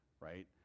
right